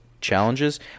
challenges